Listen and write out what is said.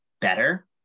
better